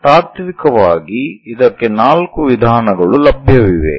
ತಾತ್ವಿಕವಾಗಿ ಇದಕ್ಕೆ 4 ವಿಧಾನಗಳು ಲಭ್ಯವಿವೆ